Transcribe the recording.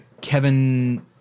Kevin